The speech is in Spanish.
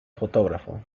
fotógrafo